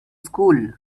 school